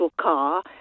car